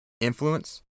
influence